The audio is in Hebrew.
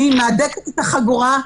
אני מהדקת את החגורה,